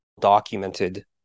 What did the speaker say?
documented